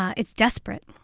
ah it's desperate.